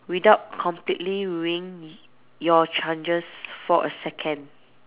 without completely ruining y~ your chances for a second